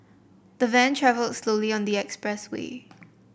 the van travelled slowly on the express way